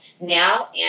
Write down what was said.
now